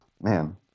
man